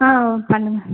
ஆ ம் பண்ணுங்க